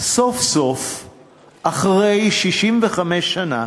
סוף-סוף אחרי 65 שנה,